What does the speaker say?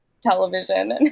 television